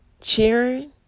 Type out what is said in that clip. cheering